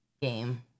game